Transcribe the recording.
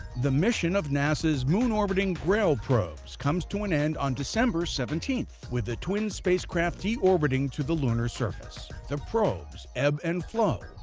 the mission of nasa's moon-orbiting grail probes comes to an end on december seventeen with the twin spacecraft deorbiting to the lunar surface. the probes, ebb and flow,